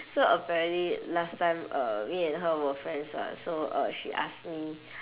so apparently last time uh me and her were friends [what] so uh she asked me